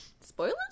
spoilers